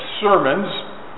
sermons